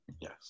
Yes